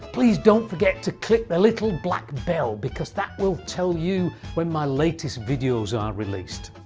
please don't forget to click the little black bell, because that will tell you when my latest videos are released.